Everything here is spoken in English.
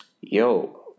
Yo